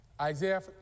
Isaiah